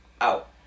out